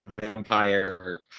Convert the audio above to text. Vampire